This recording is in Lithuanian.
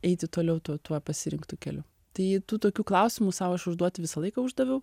eiti toliau tuo tuo pasirinktu keliu tai tų tokių klausimų sau aš užduot visą laiką uždaviau